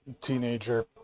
teenager